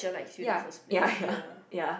ya ya ya ya